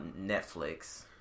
Netflix